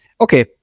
Okay